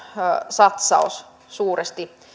satsaus suuresti